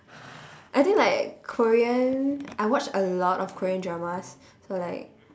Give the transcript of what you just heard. I think like korean I watch a lot of korean dramas so like